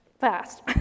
fast